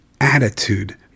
attitude